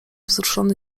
wzruszony